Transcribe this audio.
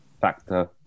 factor